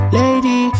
lady